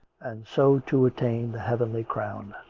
and so to attain the heavenly crown.